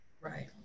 Right